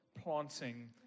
planting